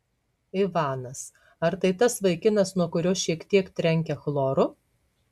ivanas ar tai tas vaikinas nuo kurio šiek tiek trenkia chloru